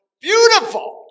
Beautiful